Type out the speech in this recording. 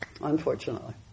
unfortunately